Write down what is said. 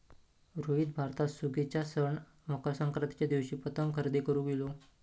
रोहित भारतात सुगीच्या सण मकर संक्रांतीच्या दिवशी पतंग खरेदी करून इलो